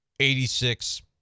86